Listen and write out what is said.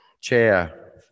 chair